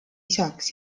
isaks